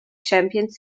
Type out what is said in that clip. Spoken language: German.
champions